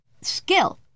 skill